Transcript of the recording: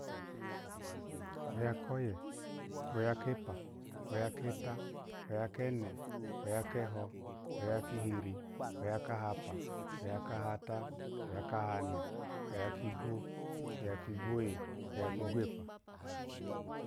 Oya koye, oya kepa, oya keta, ouya kene, oya keho, oya kehiri, oya kehapa, oya kahata, oya kahane, oya kigwo, oya kigwoye, oya kigwepa.